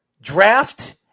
draft